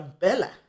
bella